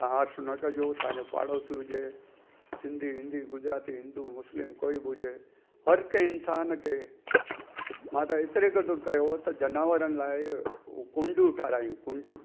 त हां शुनक जो तव्हांजो पहाड़ो सूजे सिंधी हिंदी गुजराती हिंदु मुस्लिम कोई बि हुजे हर कंहिं इंसान के मां त हेतिरे क़दुरु कयो त जनावरनि लाइ कुंडियूं ठाहिरायूं कुंडियूं